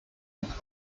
und